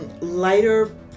lighter